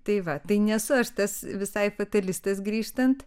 tai va tai nesu aš tas visai fatalistas grįžtant